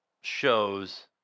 shows